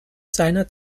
seiner